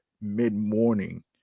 mid-morning